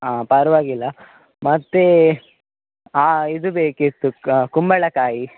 ಹಾಂ ಪರವಾಗಿಲ್ಲ ಮತ್ತು ಆ ಇದು ಬೇಕಿತ್ತು ಕುಂಬಳಕಾಯಿ